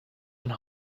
and